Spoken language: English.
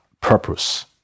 purpose